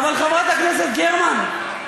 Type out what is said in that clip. אבל, חברת הכנסת גרמן,